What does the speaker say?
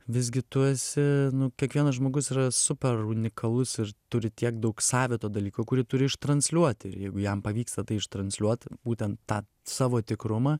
visgi tu esi kiekvienas žmogus yra super unikalus ir turi tiek daug savito dalyko kurį turi ištransliuoti ir jeigu jam pavyksta tai ištransliuot būtent tą savo tikrumą